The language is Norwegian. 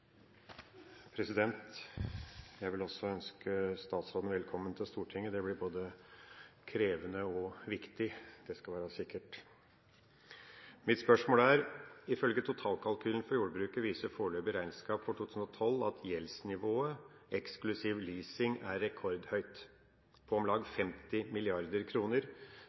Stortinget. Det blir både krevende og viktig – det skal være sikkert. Mitt spørsmål er: «Ifølge totalkalkylen for jordbruket viser foreløpig regnskap for 2012 at gjeldsnivået eksklusiv leasing er rekordhøyt, på om lag 50